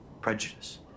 prejudice